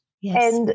Yes